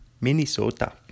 Minnesota